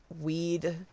weed